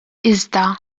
iżda